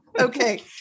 Okay